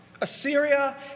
Assyria